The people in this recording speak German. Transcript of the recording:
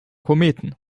kometen